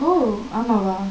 oh ஆமாவா:aamaavaa